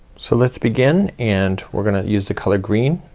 so let's begin and we're gonna use the color green.